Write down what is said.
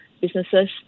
businesses